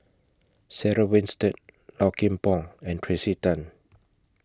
Sarah Winstedt Low Kim Pong and Tracey Tan